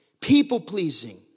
people-pleasing